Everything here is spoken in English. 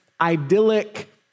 idyllic